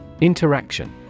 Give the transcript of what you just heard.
Interaction